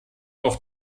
auch